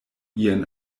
ien